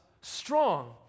strong